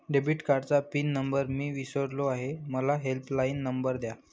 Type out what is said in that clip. debit कार्डचा PIN number मी विसरलो आहे मला हेल्पलाइन नंबर द्या